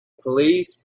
police